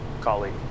colleague